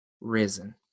risen